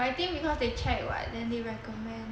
but I think because they check [what] then they recommend